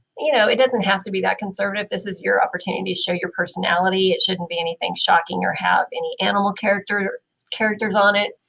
you know, it doesn't have to be that conservative. this is your opportunity to show your personality. personality. it shouldn't be anything shocking or have any animal character characters on it,